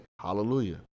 hallelujah